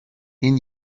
این